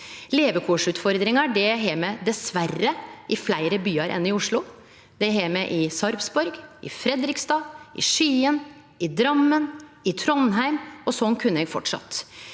Levekårsutfordringar har me dessverre i fleire byar enn Oslo. Det har me i Sarpsborg, i Fredrikstad, i Skien, i Drammen og i Trondheim, og sånn kunne eg ha fortsett.